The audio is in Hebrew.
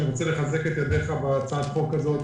אני רוצה לחזק את ידיך בהצעת החוק הזאת.